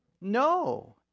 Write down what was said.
No